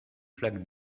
flaque